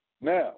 Now